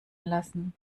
lassen